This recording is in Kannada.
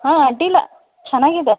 ಹಾಂ ಅಡ್ಡಿಲ್ಲ ಚೆನ್ನಾಗಿದೆ